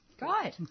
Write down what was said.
Right